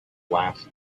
last